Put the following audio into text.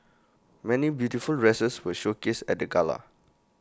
many beautiful dresses were showcased at the gala